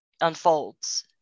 unfolds